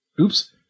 Oops